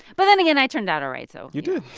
but then again, i turned out all right, so you did